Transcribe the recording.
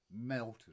melted